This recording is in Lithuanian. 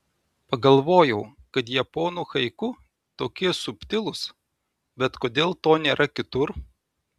pagalvojau kad japonų haiku tokie subtilūs bet kodėl to nėra kitur